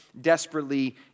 desperately